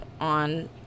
on